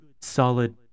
solid